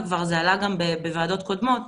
זה כבר עלה גם בוועדות קודמות.